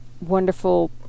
wonderful